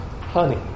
honey